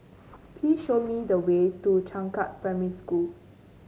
please show me the way to Changkat Primary School